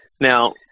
now